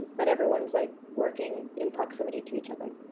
but everyone's like working in proximity to each other.